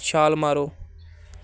ਛਾਲ ਮਾਰੋ